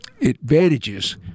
advantages